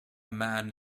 man